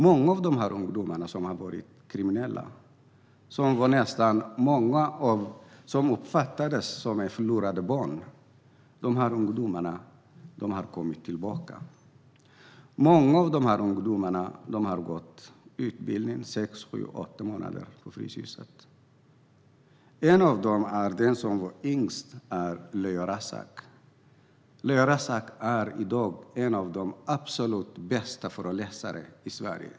Många av de här ungdomarna, som hade varit kriminella och som uppfattades som förlorade barn, har kommit tillbaka. Många av dem har gått i utbildning sex, sju eller åtta månader på Fryshuset. En av dem, den som var yngst, var Leo Razzak. Han är i dag en av de absolut bästa föreläsarna i Sverige.